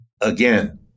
again